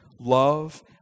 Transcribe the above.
love